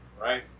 right